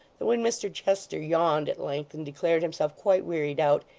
that when mr chester yawned at length and declared himself quite wearied out,